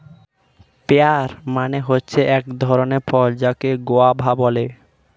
pair মানে হচ্ছে এক ধরণের ফল যাকে গোয়াভা বলে